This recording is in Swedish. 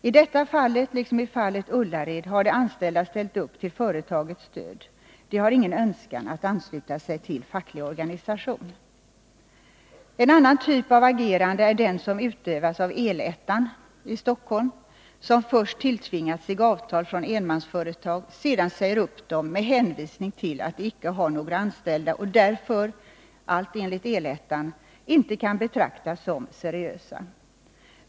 I detta fall, liksom i fallet Ullared, har de anställda ställt upp till företagets stöd. De har ingen önskan att ansluta sig till facklig organisation. En annan typ av agerande är den som utövas av El-ettan i Stockholm, som först tilltvingat sig avtal från enmansföretag och sedan säger upp dessa avtal med hänvisning till att företagen icke har några anställda och därför — allt enligt El-ettan —-inte kan betraktas som seriösa.